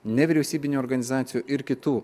nevyriausybinių organizacijų ir kitų